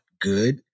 good